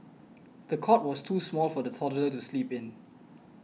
the cot was too small for the toddler to sleep in